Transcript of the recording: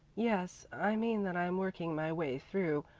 yes, i mean that i'm working my way through.